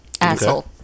Asshole